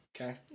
Okay